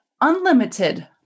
unlimited